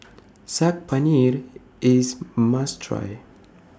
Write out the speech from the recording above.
Saag Paneer IS must Try